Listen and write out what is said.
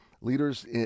leaders